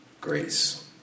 grace